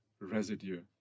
residue